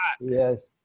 Yes